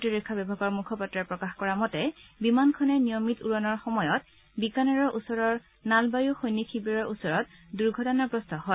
প্ৰতিৰক্ষা বিভাগৰ মুখপাত্ৰই প্ৰকাশ কৰা মতে বিমানখনে নিয়মিত উৰণৰ সময়ত বিকানেৰ ওচৰৰ নালবায়ু সৈনিক শিবিৰৰ ওচৰত দুৰ্ঘটনাগ্ৰস্ত হয়